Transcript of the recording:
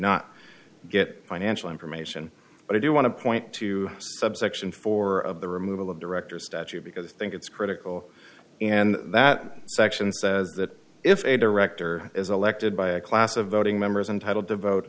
not get financial information but i do want to point to subsection four of the removal of director statute because i think it's critical and that section says that if a director is elected by a class of voting members and titled the vote